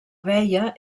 veia